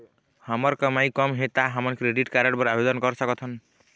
हमर कमाई कम हे ता हमन क्रेडिट कारड बर आवेदन कर सकथन?